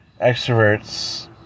extroverts